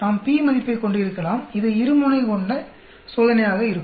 நாம் p மதிப்பைக் கொண்டிருக்கலாம் இது இரு முனை கொண்ட சோதனையாக இருக்கும்